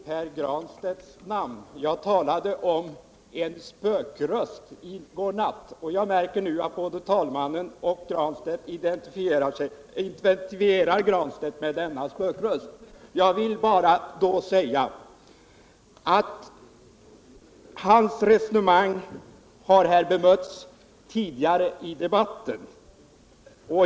Herr talman! Jag nämnde aldrig Pär Granstedts namn. Jag talade om en spökröst i går natt. Jag märker nu att både talmannen och Pär Granstedt identifierar Pär Granstedt med denna spökröst. Jag vill därför bara säga att Pär Granstedts resonemang här har bemötts tidigare i debatten.